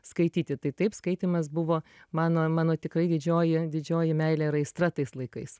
skaityti tai taip skaitymas buvo mano mano tikrai didžioji didžioji meilė ir aistra tais laikais